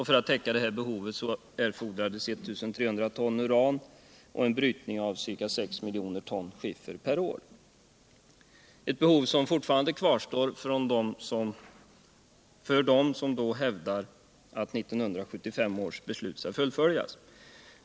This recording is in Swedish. För att täcka detta behov ertordrades 1 300 ton uran och en brytning av ca 6 miljoner ton skiffer per år — ett behov som fortfarande kvarstår för dem som hävdar att .1975 års beslut skall fullföljas.